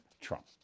Trump